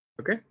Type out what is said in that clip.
Okay